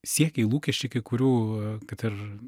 siekiai lūkesčiai kai kurių kad ir